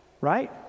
right